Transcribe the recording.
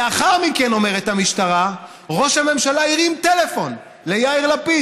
לאחר מכן אומרת המשטרה: ראש הממשלה הרים טלפון ליאיר לפיד,